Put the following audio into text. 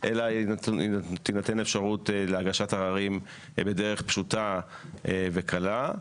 אלא תינתן אפשרות להגשת עררים בדרך פשוטה וקלה.